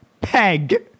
Peg